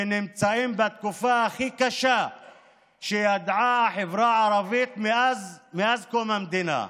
שנמצאים בתקופה הכי קשה שידעה החברה הערבית מאז קום המדינה.